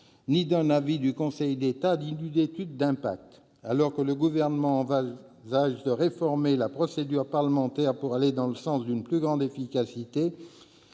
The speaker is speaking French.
ni d'un avis du Conseil d'État ni d'une étude d'impact. Alors que le Gouvernement envisage de réformer la procédure parlementaire pour aller dans le sens d'une plus grande efficacité,